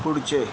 पुढचे